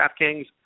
DraftKings